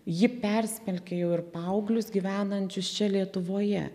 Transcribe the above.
ji persmelkia jau ir paauglius gyvenančius čia lietuvoje